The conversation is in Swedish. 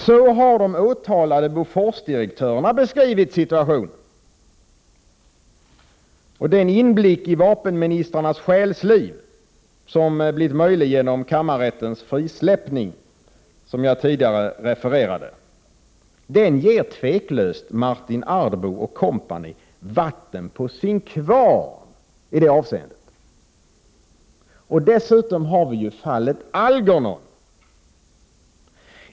Så har de åtalade Boforsdirektörerna beskrivit situationen. Den inblick i vapenministrarnas själsliv som har blivit möjlig genom kammarrättens frisläppning av visst material, som jag tidigare refererade, ger otvivelaktigt Martin Ardbo & Co vatten på sin kvarn i detta avseende. Dessutom har vi fallet Algernon.